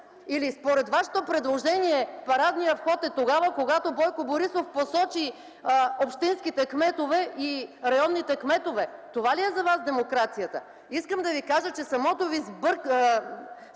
Или според вашето предложение парадният вход е тогава, когато Бойко Борисов посочи общинските кметове и районните кметове?! Това ли е за вас демокрацията? Искам да ви кажа, че самата ви идея